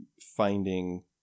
finding